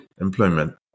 employment